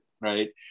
right